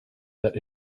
that